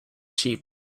sheep